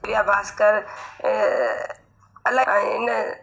दिव्या भास्कर अलाए आहिनि